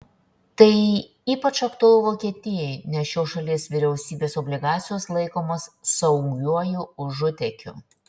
tai ypač aktualu vokietijai nes šios šalies vyriausybės obligacijos laikomos saugiuoju užutėkiu